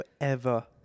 forever